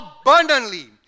abundantly